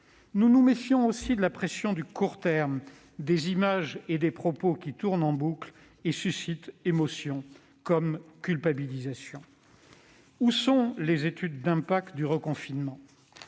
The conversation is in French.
Nous nous méfions de la pression du court terme, des images et des propos qui tournent en boucle et suscitent émotion comme culpabilisation. Où sont les études d'impact du reconfinement ?